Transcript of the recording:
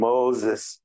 Moses